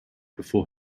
before